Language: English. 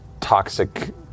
toxic